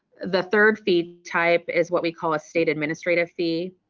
the third fee type is what we call a state administrative fee,